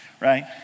right